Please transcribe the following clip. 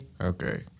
Okay